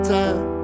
time